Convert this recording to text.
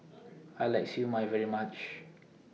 I like Siew Mai very much